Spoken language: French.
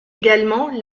également